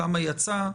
כמה יצא,